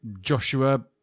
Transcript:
Joshua